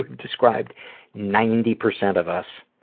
described ninety percent of us.